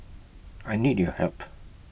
I need your help